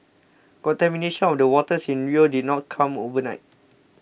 contamination of the waters in Rio did not come overnight